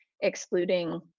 excluding